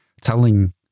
telling